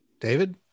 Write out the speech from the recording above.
David